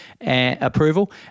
approval